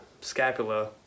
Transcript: scapula